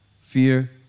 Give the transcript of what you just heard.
Fear